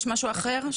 יש משהו אחר?